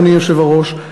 אדוני היושב-ראש,